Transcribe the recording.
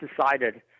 decided